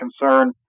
concern